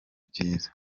byiza